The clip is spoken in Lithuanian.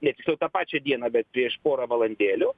nes jis jau tą pačią dieną bet prieš pora valandėlių